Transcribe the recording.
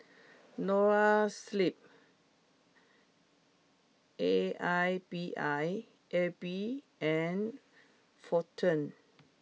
Noa Sleep A I B I A B and Fortune